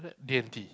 D-and-T